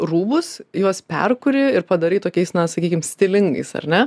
rūbus juos perkuri ir padarai tokiais na sakykim stilingais ar ne